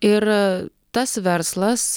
ir tas verslas